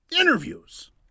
Interviews